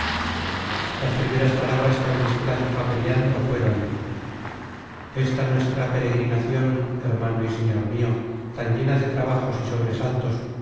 las primeras palabras que auristela dijo á periandro fueron esta nuestra peregrinacion hermano y señor mio tan llena de trabajos y sobresaltos